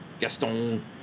Gaston